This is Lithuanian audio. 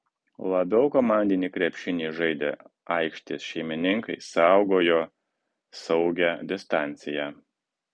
labiau komandinį krepšinį žaidę aikštės šeimininkai saugojo saugią distanciją